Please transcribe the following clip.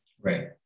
Right